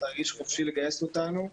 תרגיש חופשי לגייס אותנו.